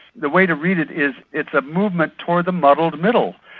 the way to read it is, it's a movement toward the muddled middle,